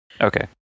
Okay